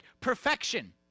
perfection